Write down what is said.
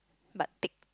but tick